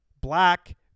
black